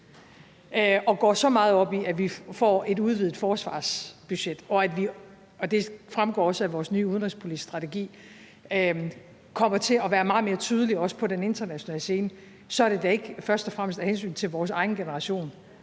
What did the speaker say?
og går så meget op i, at vi får et udvidet forsvarsbudget, og at vi – det fremgår også af vores nye udenrigspolitiske strategi – kommer til at være meget mere tydelige, også på den internationale scene, så er det da ikke først og fremmest af hensyn til vores egen generation;